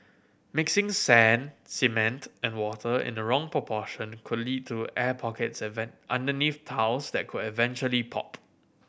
mixing sand cement and water in the wrong proportion could lead to air pockets underneath tiles that could eventually pop